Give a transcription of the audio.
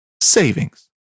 savings